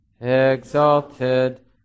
exalted